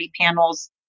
panels